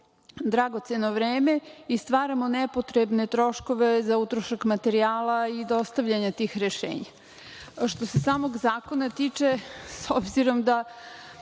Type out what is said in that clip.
dragoceno vreme i stvaramo nepotrebne troškove za utrošak materijala i dostavljanje tih rešenja. Što se samog zakona tiče, s obzirom da